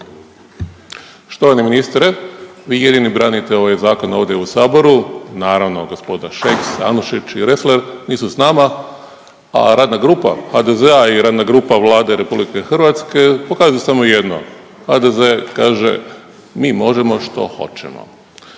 Štovani ministre, vi jedini branite ovaj zakon ovdje u Saboru. Naravno, gospoda Šeks, Anušić i Resler nisu s nama, a radna grupa HDZ-a i radna grupa Vlade Republike Hrvatske pokazuju samo jedno. HDZ kaže mi možemo što hoćemo.